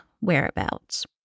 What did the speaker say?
whereabouts